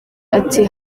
ati